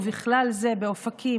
ובכלל זה באופקים,